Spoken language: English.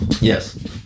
Yes